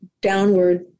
downward